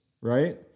right